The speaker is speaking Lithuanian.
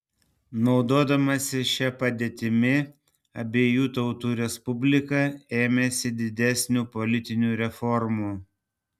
naudodamasi šia padėtimi abiejų tautų respublika ėmėsi didesnių politinių reformų